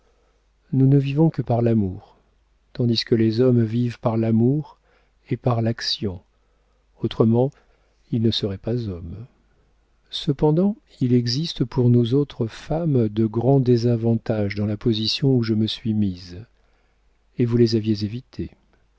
nous ne vivons que par l'amour tandis que les hommes vivent par l'amour et par l'action autrement ils ne seraient pas hommes cependant il existe pour nous autres femmes de grands désavantages dans la position où je me suis mise et vous les aviez évités